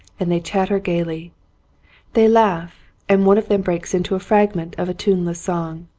and they chatter gaily they laugh, and one of them breaks into a fragment of tuneless song.